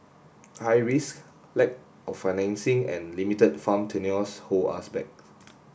high risk lack of financing and limited farm tenures hold us back